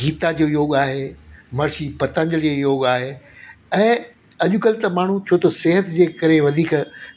गीता जो योग आहे मर्शी पतंजलि योग आहे ऐं अॼुकल्ह त माण्हू छो त सिहतु जे करे वधीक